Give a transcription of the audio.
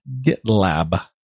GitLab